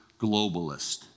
globalist